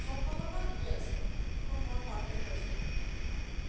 চব ফালৰপৰা ঠিকেই আছে পূৰা মই পাৰফেক্ট পাইছোঁ